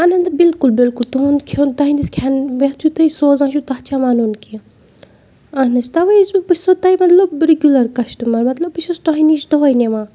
اہن حظ بِلکُل بِلکُل تُہُنٛد کھیوٚن تُہنٛدِس کھٮ۪ن وٮ۪تھٕے تُہۍ سوزان چھُو تَتھ چھَ وَنُن کینٛہہ اَہَن حظ تَوَے حظ بہٕ بہٕ چھَس سو تۄہہِ مطلب رِگیوٗلَر کَسٹَمَر مطلب بہٕ چھَس تۄہہِ نِش دۄہَے نِوان